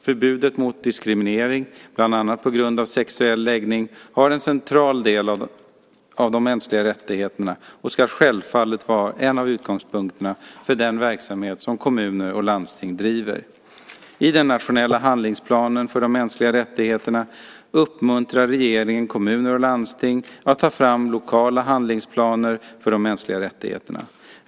Förbudet mot diskriminering, bland annat på grund av sexuell läggning, är en central del av de mänskliga rättigheterna och ska självfallet vara en av utgångspunkterna för den verksamhet som kommuner och landsting driver. I den nationella handlingsplanen för de mänskliga rättigheterna uppmuntrar regeringen kommuner och landsting att ta fram lokala handlingsplaner för de mänskliga rättigheterna.